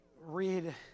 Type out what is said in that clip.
read